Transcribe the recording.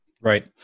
Right